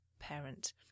Parent